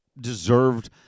deserved